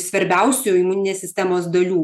svarbiausių imuninės sistemos dalių